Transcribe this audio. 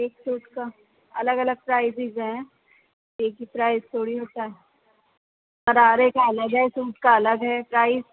ایک سوٹ کا الگ الگ پرائزز ہیں ایک ہی پرائز تھوڑی ہوتا ہے گرارے کا الگ ہے سوٹ کا الگ ہے پرائز